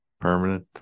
permanent